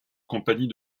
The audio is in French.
compagnie